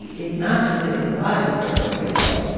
and it's not just that it's alive. was there first video?